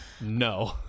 No